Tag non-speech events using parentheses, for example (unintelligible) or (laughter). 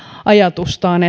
ajatustaan (unintelligible)